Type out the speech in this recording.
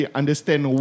understand